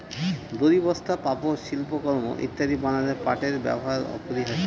দড়ি, বস্তা, পাপোষ, শিল্পকর্ম ইত্যাদি বানাতে পাটের ব্যবহার অপরিহার্য